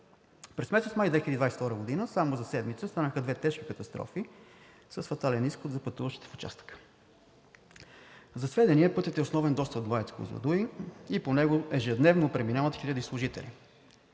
През месец май 2022 г. само за седмица станаха две тежки катастрофи с фатален изход за пътуващите в участъка. За сведение пътят е основен достъп до АЕЦ „Козлодуй“ и по него ежедневно преминават хиляди служители.